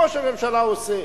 ראש הממשלה עושה.